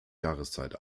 jahreszeit